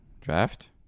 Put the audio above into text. Draft